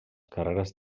carreres